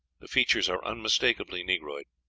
the features are unmistakably negroid.